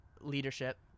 leadership